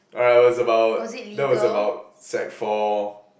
when I was about that was about sec four